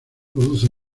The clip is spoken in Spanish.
produce